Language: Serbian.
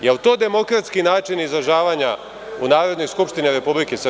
Da li je to demokratski način izražavanja u Narodnoj skupštini Republike Srbije.